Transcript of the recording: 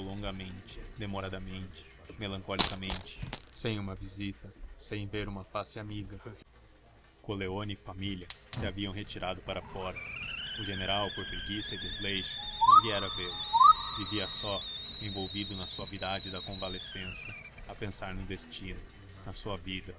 longamente demoradamente melancolicamente sem uma visita sem ver uma face amiga coleoni e família se haviam retirado para fora o general por preguiça e desleixo não viera vê-lo vivia só envolvido na suavidade da convalescença a pensar no destino na sua vida